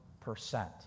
percent